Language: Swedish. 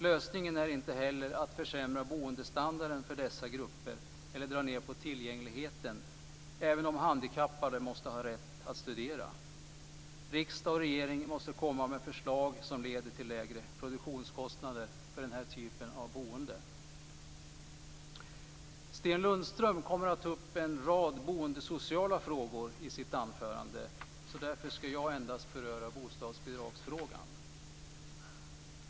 Lösningen är inte heller att försämra boendestandarden för dessa grupper eller att dra ned på tillgängligheten. Även de handikappade måste ha rätt att studera. Riksdag och regering måste komma med förslag som leder till lägre produktionskostnader för den här typen av boende. Sten Lundström kommer i sitt anförande här att ta upp en rad boendesociala frågor. Därför ska jag endast beröra bostadsbidragsfrågan.